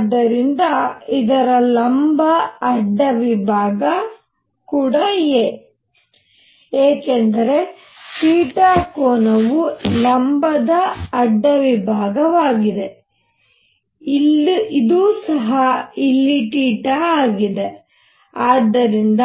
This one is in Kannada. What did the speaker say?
ಆದ್ದರಿಂದ ಇದರ ಲಂಬ ಅಡ್ಡ ವಿಭಾಗ a ಏಕೆಂದರೆ θ ಕೋನವು ಲಂಬ ಅಡ್ಡ ವಿಭಾಗವಾಗಿದೆ ಇದು ಸಹ ಇಲ್ಲಿ θ ಆಗಿದೆ ಆದ್ದರಿಂದ